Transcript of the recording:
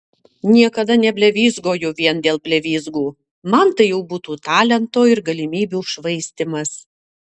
niekada neblevyzgoju vien dėl blevyzgų man tai jau būtų talento ir galimybių švaistymas